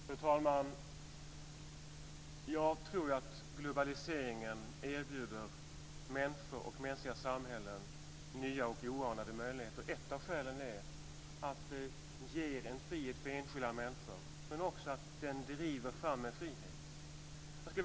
Fru talman! Jag tror att globaliseringen erbjuder människor och mänskliga samhällen nya och oanade möjligheter. Ett av skälen är att den ger en frihet för enskilda människor, men också att den driver fram en frihet.